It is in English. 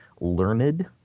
learned